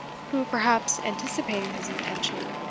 who, perhaps anticipating his intention,